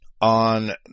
on